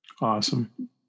awesome